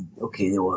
Okay